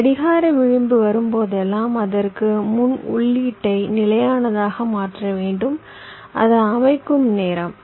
கடிகார விளிம்பு வரும்போதெல்லாம் அதற்கு முன் உள்ளீட்டை நிலையானதாக மாற்ற வேண்டும் அது அமைக்கும் நேரம்